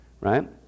right